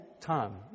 time